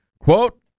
Quote